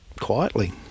quietly